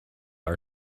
our